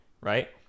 right